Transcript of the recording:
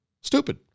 Stupid